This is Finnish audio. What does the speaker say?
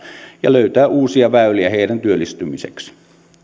ja löytää uusia väyliä heidän työllistymisekseen